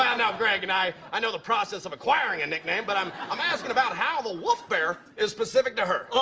now, greg, and i i know the process of acquiring a nickname, but i'm i'm asking about how the wolf bear is specific to her. oh,